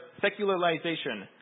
secularization